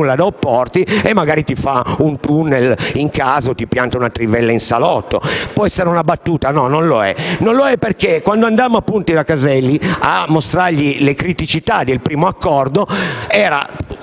puoi opporti e magari ti fa un *tunnel* in casa o ti pianta una trivella in salotto. Può essere una battuta? No, e non lo è perché quando andammo da Caselli a mostrargli le criticità del primo accordo, i